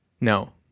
No